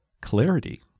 Clarity